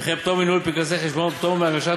וכן פטור מניהול פנקסי חשבונות ופטור מהגשת